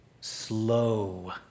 slow